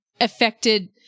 affected